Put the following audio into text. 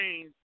change